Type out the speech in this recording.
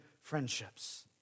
friendships